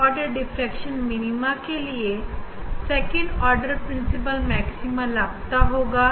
पहले order diffraction minima के लिए सेकंड ऑर्डर प्रिंसिपल मैक्सिमा लापता होगा